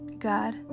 God